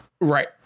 Right